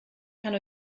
kann